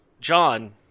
John